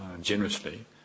generously